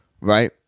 right